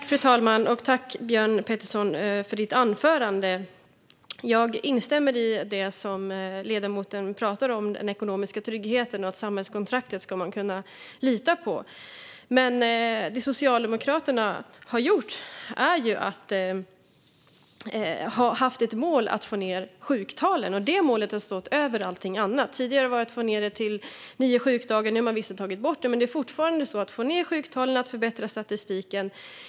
Fru talman! Tack, Björn Petersson, för ditt anförande! Jag instämmer i det som ledamoten säger om den ekonomiska tryggheten och att man ska kunna lita på samhällskontraktet. Men Socialdemokraterna har ju haft som mål att få ned sjuktalen, och det målet har stått över allting annat. Tidigare var målet att komma ned till nio sjukdagar. Nu har man visserligen tagit bort det, men fortfarande handlar det om att få ned sjuktalen och förbättra statistiken.